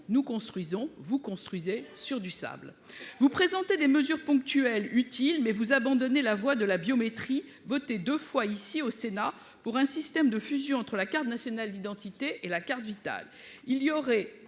nous construisons vous construisez sur du sable vous présenter des mesures ponctuelles utile mais vous abandonner la voie de la biométrie voter 2 fois ici au Sénat pour un système de fusion entre la carte nationale d'identité et la carte vitale. Il y aurait